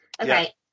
Okay